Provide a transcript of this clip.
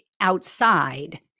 outside